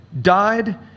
died